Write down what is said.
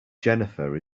jennifer